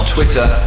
Twitter